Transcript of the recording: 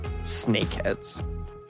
Snakeheads